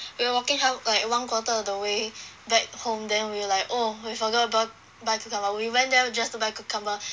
we walking half like one quarter of the way back home then we were like oh we forgot about buy cucumber we went there just to buy cucumber